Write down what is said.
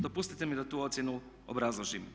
Dopustite mi da tu ocjenu obrazložim.